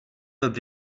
web